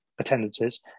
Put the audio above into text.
attendances